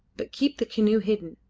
but keep the canoe hidden.